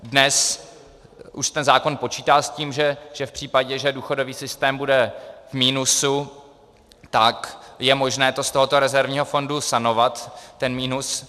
Dnes už ten zákon počítá s tím, že v případě, že důchodový systém bude v minusu, tak je možné to z tohoto rezervního fondu sanovat, ten minus.